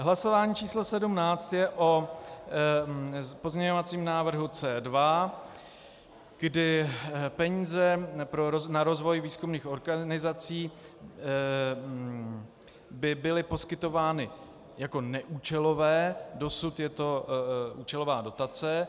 Hlasování číslo sedmnáct je o pozměňovacím návrhu C2, kdy peníze na rozvoj výzkumných organizací by byly poskytovány jako neúčelové, dosud je to účelová dotace.